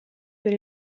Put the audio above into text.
per